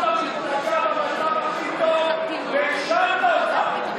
לקחת מפלגה במצב הכי טוב והכשלת אותה.